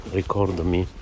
ricordami